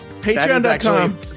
Patreon.com